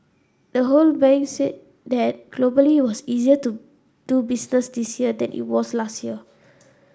the whole Bank said that globally it was easier to do business this year than it was last year